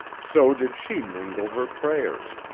so did she mingle her prayers,